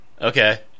okay